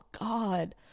god